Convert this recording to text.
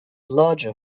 larger